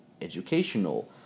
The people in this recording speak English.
educational